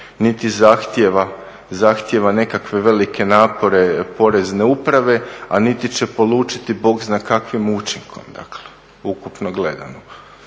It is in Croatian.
niti zahtijeva nekakve velike napore Porezne uprave, a niti će polučiti bog zna kakvim učinkom, dakle ukupno gledano.